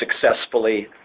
successfully